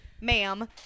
ma'am